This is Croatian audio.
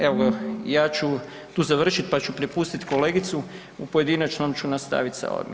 Evo ja ću tu završit pa ću prepustiti kolegicu, u pojedinačnom ću nastavit sa ovim.